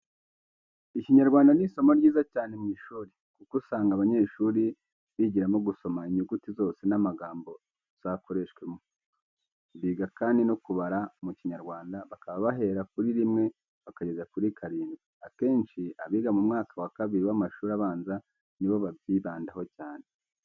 Ikinyarwanda ni isomo ryiza cyane mu ishuri ,kuko usanga abanyeshuri bigiramo gusoma inyuguti zose n'amagambo zakoreshejwemo. Biga kandi no kubara mu kinyarwanda bakaba bahera kuri rimwe bakageza kuri karindwi. Akenshi abiga mu mwaka wa kabiri w'amashuri abanza ni bo babyibandaho cyane,